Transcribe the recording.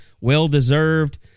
well-deserved